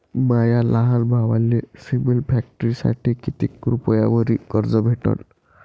माया लहान भावाले सिमेंट फॅक्टरीसाठी कितीक रुपयावरी कर्ज भेटनं?